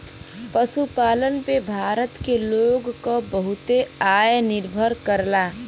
पशुपालन पे भारत के लोग क बहुते आय निर्भर करला